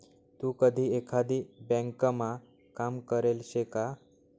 तू कधी एकाधी ब्यांकमा काम करेल शे का?